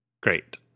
great